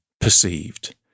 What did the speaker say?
perceived